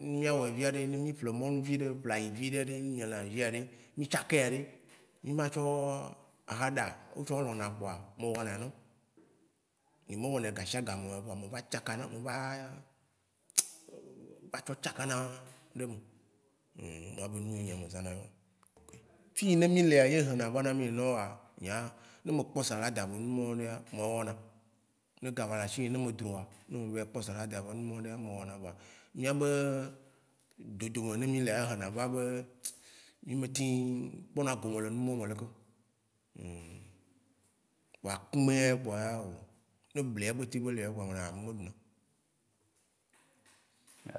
Ne mia wɔe via ɖe, ne mi ƒle mɔlu viɖe ayi viɖe, nyilã li via ɖe, mi tsakɛa ɖe, mi ma tsɔ a xa ɖa. Wotsaã wo lɔ̃na kpoa, m'wɔna nawo. nye me wɔne gashiagameo vɔa me va tsaka nawo, me va tsɔ tsakana ɖe me. ma be nuyi nyea me zãna ewã. Fiyi ne mi lea ye hena va ne mi, me nyi neneoa, nyea, ne me kpɔ salada be numawo ɖea me wɔna. Ne ga va le asinyĩ ne me droa, ne me va yi kpɔ salada be numawo ɖea me wɔna voa, miabe dodome yi ne mu lea na be mi me teŋ kpɔna gome le numawo me lekeo Vɔa akũmɛa kpoa ya o, ne bli ya gbe teŋ be le ya kpoa, me ɖana kumɛ ɖuna.